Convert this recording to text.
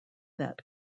that